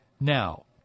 now